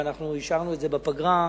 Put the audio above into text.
ואנחנו אישרנו את זה בפגרה,